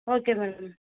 okay madam